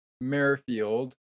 Merrifield